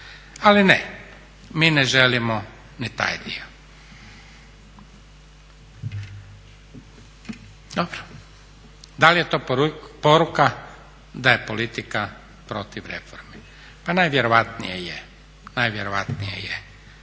Ali ne, mi ne želimo ni taj dio. Dobro! Da li je to poruka da je politika protiv reformi? Pa najvjerojatnije je.